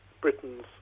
Britain's